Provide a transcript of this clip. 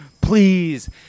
Please